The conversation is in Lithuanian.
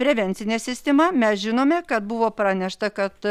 prevencinė sistema mes žinome kad buvo pranešta kad